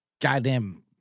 goddamn